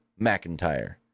McIntyre